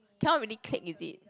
cannot really click is it